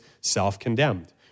self-condemned